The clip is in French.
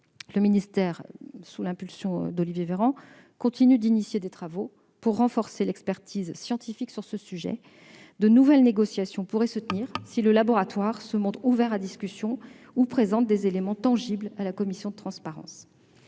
le ministère, sous l'impulsion d'Olivier Véran, continue d'engager des travaux pour renforcer l'expertise scientifique sur ce sujet. De nouvelles négociations pourraient avoir lieu si le laboratoire se montre ouvert à la discussion ou présente des éléments tangibles à la commission de la transparence.